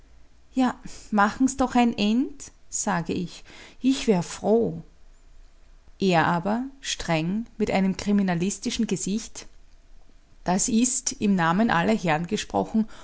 ja machen's doch ein end sage ich ich wär froh er aber streng mit einem kriminalistischen gesicht das ist im namen aller herren gesprochen